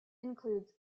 includes